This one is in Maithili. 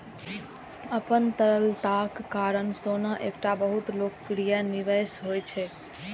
अपन तरलताक कारण सोना एकटा बहुत लोकप्रिय निवेश उपकरण होइ छै